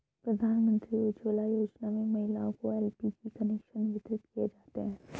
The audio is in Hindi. प्रधानमंत्री उज्ज्वला योजना में महिलाओं को एल.पी.जी कनेक्शन वितरित किये जाते है